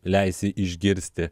leisi išgirsti